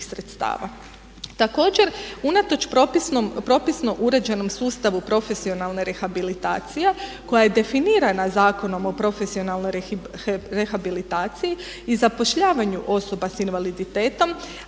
Također, unatoč propisno uređenom sustavu profesionalne rehabilitacije koja je definirana Zakonom o profesionalnoj rehabilitaciji i zapošljavanju osoba s invaliditetom